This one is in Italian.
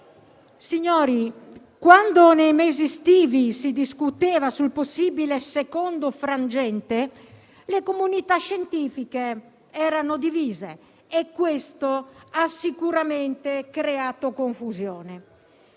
senatori, quando - nei mesi estivi - si discuteva del possibile secondo frangente, la comunità scientifica era divisa e questo ha sicuramente creato confusione.